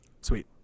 Sweet